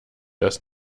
das